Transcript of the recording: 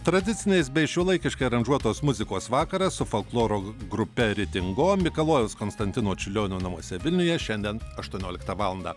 tradiciniais bei šiuolaikiškai aranžuotos muzikos vakaras su folkloro grupe ritingom mikalojaus konstantino čiurlionio namuose vilniuje šiandien aštuonioliktą valandą